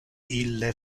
ille